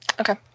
Okay